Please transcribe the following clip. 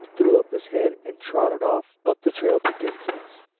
threw up his head and trotted off up the trail to denson's.